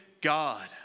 God